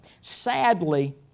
Sadly